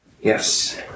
Yes